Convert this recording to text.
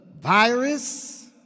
virus